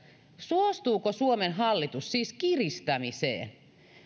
suostuuko suomen hallitus siis kiristämiseen